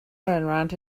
around